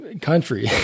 country